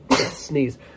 sneeze